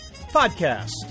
podcast